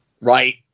right